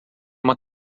uma